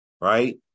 Right